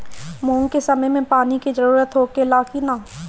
मूंग के समय मे पानी के जरूरत होखे ला कि ना?